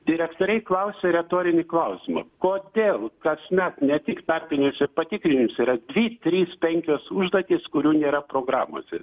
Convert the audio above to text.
direktoriai klausia retorinį klausimą kodėl kasmet ne tik tarpiniuose patikrinimuose yra dvi trys penkios užduotys kurių nėra programose